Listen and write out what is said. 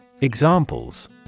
Examples